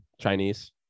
Chinese